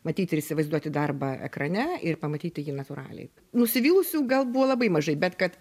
matyt ir įsivaizduoti darbą ekrane ir pamatyti jį natūraliai nusivylusių gal buvo labai mažai bet kad